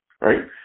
right